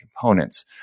components